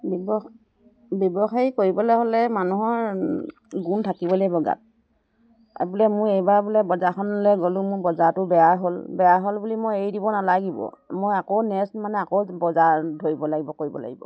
ব্যৱসায় কৰিবলে হ'লে মানুহৰ গুণ থাকিব লাগিব গাত বোলে মই এইবাৰ বোলে বজাৰখনলে গ'লোঁ মোৰ বজাৰটো বেয়া হ'ল বেয়া হ'ল বুলি মই এৰি দিব নালাগিব মই আকৌ নেক্সট মানে আকৌ বজাৰ ধৰিব লাগিব কৰিব লাগিব